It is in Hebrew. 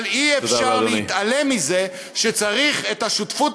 אבל אי-אפשר להתעלם מזה שצריך את השותפות